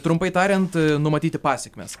trumpai tariant numatyti pasekmes